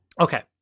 Okay